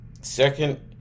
Second